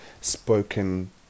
spoken